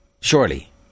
Surely